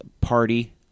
party